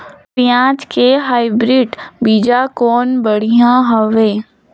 पियाज के हाईब्रिड बीजा कौन बढ़िया हवय?